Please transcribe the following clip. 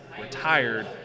retired